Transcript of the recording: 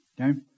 Okay